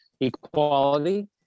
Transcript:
equality